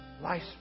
Life